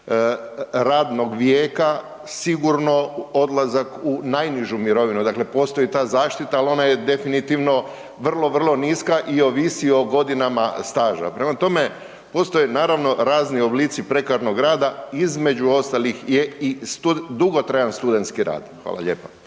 radnog vijeka sigurno odlazak u najnižu mirovinu, dakle postoji ta zaštita, al ona je definitivno vrlo, vrlo niska i ovisi o godinama staža. Prema tome, postoje naravno razni oblici prekarnog rada između ostalih je i dugotrajan studentski rad. Hvala lijepa.